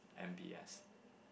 M_B_S